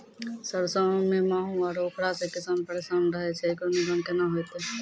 सरसों मे माहू आरु उखरा से किसान परेशान रहैय छैय, इकरो निदान केना होते?